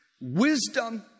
wisdom